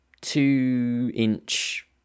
two-inch